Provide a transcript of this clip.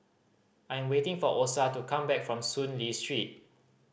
I am waiting for Osa to come back from Soon Lee Street